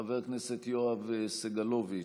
חבר הכנסת יואב סגלוביץ'